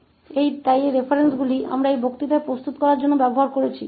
ठीक है तो ये वे संदर्भ हैं जिनका उपयोग हमने इस व्याख्यान को तैयार करने के लिए किया है